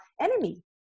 enemy